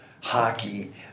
hockey